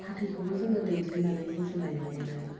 फाथैखौबो जोङो देग्लिनानै गुजुनायाव मानो